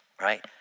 right